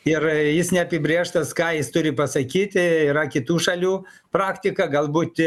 ir jis neapibrėžtas ką jis turi pasakyti yra kitų šalių praktika galbūt